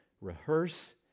rehearse